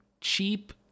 cheap